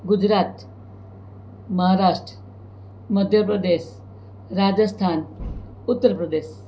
Gujarat Maharashtra Madhya Pradesh Rajasthan Uttar Pradesh